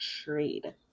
Trade